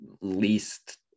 least